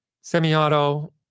Semi-auto